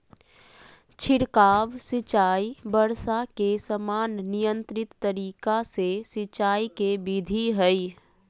छिड़काव सिंचाई वर्षा के समान नियंत्रित तरीका से सिंचाई के विधि हई